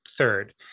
third